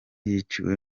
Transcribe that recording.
yiciwe